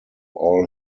all